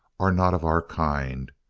are not of our kind,